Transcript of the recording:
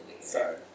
sorry